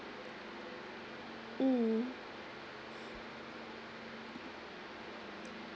mm